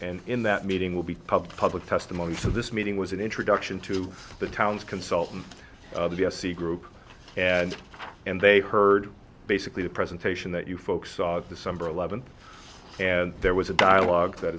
and in that meeting will be public public testimony so this meeting was an introduction to the town's consultant group and and they heard basically a presentation that you folks saw december eleventh and there was a dialogue that